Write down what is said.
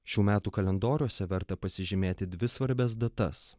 šių metų kalendoriuose verta pasižymėti dvi svarbias datas